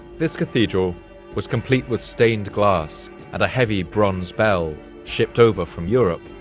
this cathedral was complete with stained glass and a heavy bronze bell shipped over from europe.